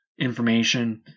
information